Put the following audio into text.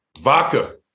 Vodka